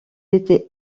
étaient